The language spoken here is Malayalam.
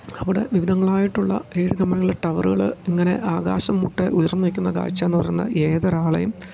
അവിടെ വിവിധങ്ങളായിട്ടുള്ള ഏഴ് കമ്പനികളുടെ ടവറുകൾ ഇങ്ങനെ ആകാശം മുട്ടെ ഉയർന്ന് നിൽക്കുന്ന കാഴ്ച എന്ന് പറയുന്ന ഏതൊരാളെയും